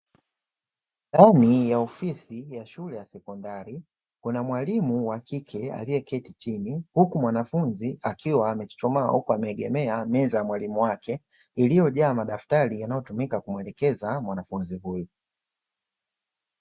Ndani ya ofisi ya shule ya sekondari kuna mwalimu wa kike aliyeketi chini, huku mwanafunzi akiwa amechuchumaa huku ameegemea meza ya mwalimu wake iliyojaa madaftari yanayotumika kuwaelekeza mwanafunzi huyu.